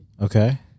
Okay